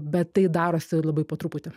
bet tai darosi labai po truputį